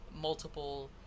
multiple